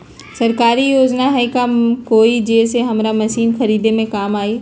सरकारी योजना हई का कोइ जे से हमरा मशीन खरीदे में काम आई?